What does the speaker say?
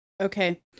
Okay